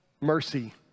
mercy